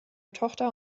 tochter